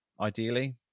ideally